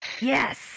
yes